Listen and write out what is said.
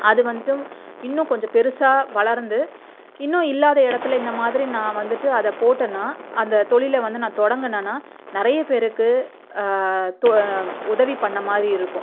அது வந்துட்டு இன்னும் கொஞ்சம் பெருசாக வளர்ந்து இன்னும் இல்லாத இடத்துல இந்த மாதிரி நான் வந்துட்டு அதை போட்டேன்னால் அந்த தொழிலை வந்து நான் தொடங்கினேன்னா நிறைய பேருக்கு தொ உதவி பண்ண மாதிரி இருக்கும்